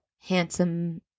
handsome